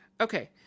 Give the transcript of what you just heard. Okay